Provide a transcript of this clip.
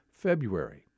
February